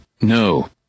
No